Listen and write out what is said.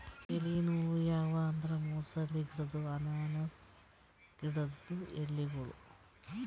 ಎಲಿ ನೂಲ್ ಯಾವ್ ಅಂದ್ರ ಮೂಸಂಬಿ ಗಿಡ್ಡು ಅನಾನಸ್ ಗಿಡ್ಡು ಎಲಿಗೋಳು